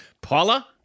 paula